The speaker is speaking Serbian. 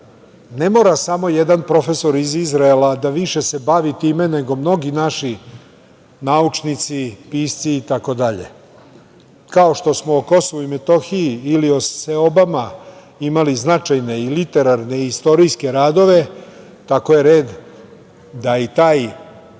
ne mora samo jedan profesor iz Izraela više da se bavi time, nego mnogi naši naučnici, pisci i tako dalje, kao što smo o KiM ili o Seobama imali značajne, literarne i istorijske radove, tako je red da i taj,